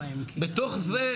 בתוך זה,